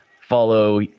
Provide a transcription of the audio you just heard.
follow